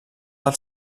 del